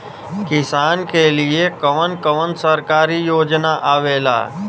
किसान के लिए कवन कवन सरकारी योजना आवेला?